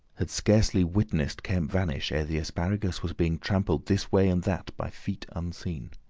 had scarcely witnessed kemp vanish, ere the asparagus was being trampled this way and that by feet unseen.